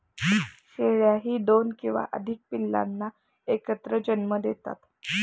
शेळ्याही दोन किंवा अधिक पिल्लांना एकत्र जन्म देतात